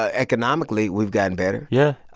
ah economically, we've gotten better. yeah.